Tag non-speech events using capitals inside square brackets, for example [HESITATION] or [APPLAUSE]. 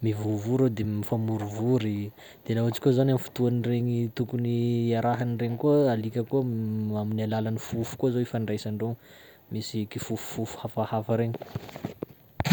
mivovò reo, de mifamorivory, de laha ohatsy koa zany amin'ny fotoan'iregny tokony iarahany regny koa alika koa [HESITATION] amin'ny alalan'ny fofo koa zao ifandraisandreo, misy kifofofo hafahafa regny.